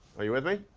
are you with me?